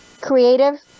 creative